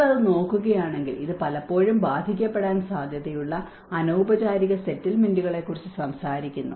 നിങ്ങൾ അത് നോക്കുകയാണെങ്കിൽ ഇത് പലപ്പോഴും ബാധിക്കപ്പെടാൻ സാധ്യതയുള്ള അനൌപചാരിക സെറ്റിൽമെന്റുകളെക്കുറിച്ച് സംസാരിക്കുന്നു